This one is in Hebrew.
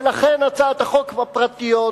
ולכן הצעות החוק הפרטיות,